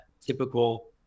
typical